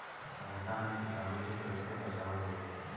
भनटा मे कीटाणु से कईसे बचावल जाई?